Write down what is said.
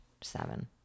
seven